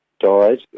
Died